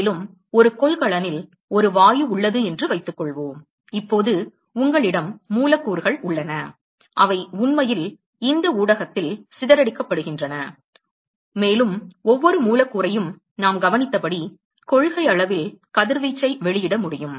மேலும் ஒரு கொள்கலனில் ஒரு வாயு உள்ளது என்று வைத்துக்கொள்வோம் இப்போது உங்களிடம் மூலக்கூறுகள் உள்ளன அவை உண்மையில் இந்த ஊடகத்தில் சிதறடிக்கப்படுகின்றன மேலும் ஒவ்வொரு மூலக்கூறையும் நாம் கவனித்தபடி கொள்கையளவில் கதிர்வீச்சை வெளியிட முடியும்